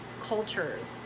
cultures